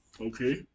Okay